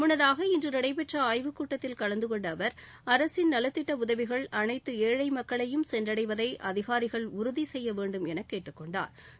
முன்னதாக இன்று நடைபெற்ற ஆய்வுக் கூட்டத்தில் கலந்து கொண்ட அவர் அரசின் நலத்திட்ட உதவிகள் அனைத்து ஏழை மக்களையும் சென்றடைவதை அதிகாரிகள் உறுதி செய்ய வேண்டும் என கேட்டுக்கொண்டாா்